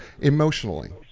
Emotionally